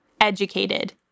educated